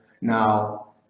now